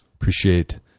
appreciate